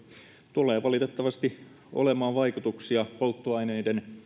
tulee valitettavasti olemaan vaikutuksia polttoaineiden